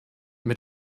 mit